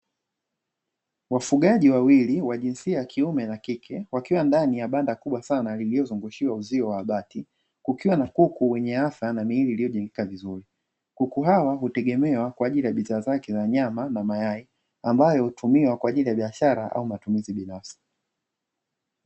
Wafugaji wawili wa jinsia ya kiume na kike wakiwa ndani ya banda kubwa sana lililozungushiwa uzio wa bati, kukiwa na kuku wenye afya na miili iliyojengeka vizuri. Kuku hawa hutegemewa kwa ajili ya bidhaa zake za nyama na mayai, ambayo hutumiwa kwa ajili ya biashara na binafsi.